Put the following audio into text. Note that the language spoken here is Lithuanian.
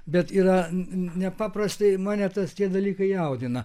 bet yra nepaprastai mane tas tie dalykai jaudina